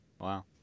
Wow